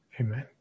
Amen